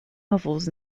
novels